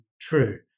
true